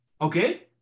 okay